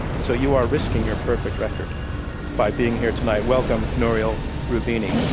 so you are risking your perfect record by being here tonight. welcome, nouriel roubini.